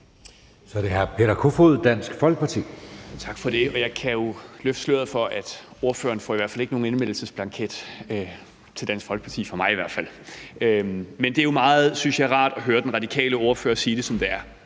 Kl. 16:01 Peter Kofod (DF): Tak for det. Jeg kan jo løfte sløret for, at ordføreren i hvert fald ikke får nogen indmeldelsesblanket til Dansk Folkeparti, ikke fra mig i hvert fald. Men det er jo meget, synes jeg, rart at høre den radikale ordfører sige det, som det er,